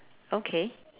okay